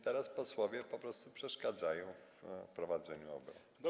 Teraz posłowie po prostu przeszkadzają w prowadzeniu obrad.